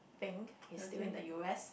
thing is still in the U_S